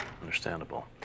Understandable